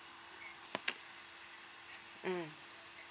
mm